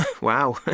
Wow